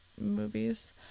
Movies